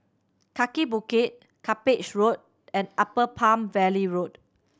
Kaki Bukit Cuppage Road and Upper Palm Valley Road